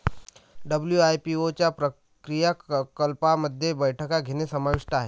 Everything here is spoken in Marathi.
डब्ल्यू.आय.पी.ओ च्या क्रियाकलापांमध्ये बैठका घेणे समाविष्ट आहे